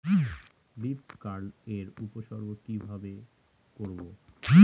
Leaf curl এর উপসর্গ কিভাবে করব?